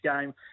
game